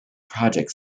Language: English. project